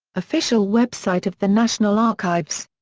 official website of the national archives.